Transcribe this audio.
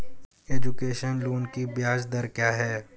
Education loan की ब्याज दर क्या है?